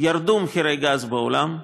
ירדו מחירי הגז בעולם,